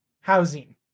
housing